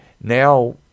now